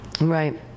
Right